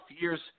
years